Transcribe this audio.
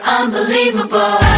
unbelievable